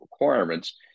requirements